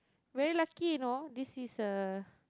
very lucky you know this is a